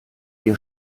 ihr